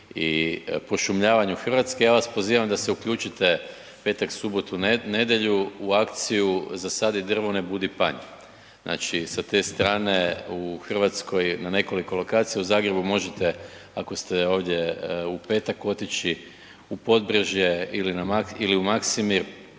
i pošumljavanju RH, ja vas pozivam da se uključite petak, subotu, nedjelju u akciju „Zasadi drvo ne budi panj“, znači sa te strane u RH na nekoliko lokacija, u Zagrebu možete ako ste ovdje u petak otići u Podbrežje ili u Maksimir